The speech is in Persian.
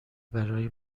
برای